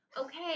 okay